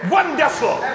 Wonderful